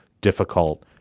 difficult